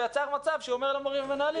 ובעצם יצר מצב שהוא אומר למורים ולמנהלים,